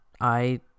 I-